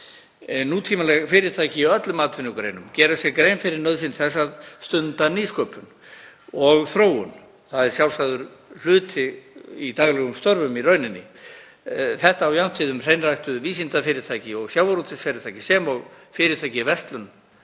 Nútímaleg fyrirtæki í öllum atvinnugreinum gera sér grein fyrir nauðsyn þess að stunda nýsköpun og þróun. Það er sjálfsagður hluti í daglegum störfum í rauninni. Þetta á jafnt við um hreinræktuð vísindafyrirtæki og sjávarútvegsfyrirtæki sem og fyrirtæki í verslun,